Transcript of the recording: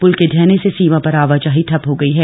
पृल के ढहने से सीमा पर आवाजाही ठप हो गयी है